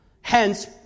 Hence